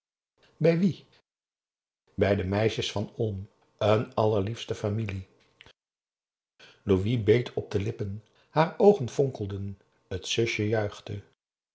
bij wie bij de meisjes van olm een allerliefste familie louis beet zich op de lippen haar oogen fonkelden t zusje